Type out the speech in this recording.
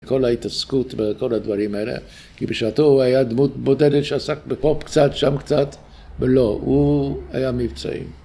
כל ההתעסקות וכל הדברים האלה, כי בשעתו הוא היה דמות בודדת שעסק בפופ קצת, שם קצת. ולא, הוא היה מבצעי